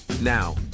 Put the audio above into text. Now